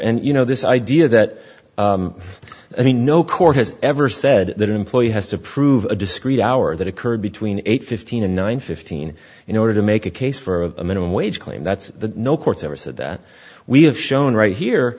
and you know this idea that i mean no court has ever said that an employee has to prove a discreet hour that occurred between eight fifteen and nine fifteen in order to make a case for a minimum wage claim that's the no court's ever said that we have shown right here